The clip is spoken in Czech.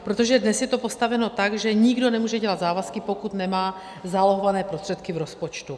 Protože dnes je to postaveno tak, že nikdo nemůže dělat závazky, pokud nemá zálohované prostředky v rozpočtu.